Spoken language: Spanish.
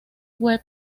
web